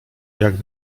jak